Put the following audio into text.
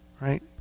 right